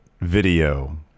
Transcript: video